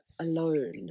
alone